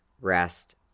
rest